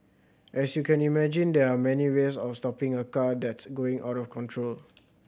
as you can imagine there are many ways of stopping a car that's going out of control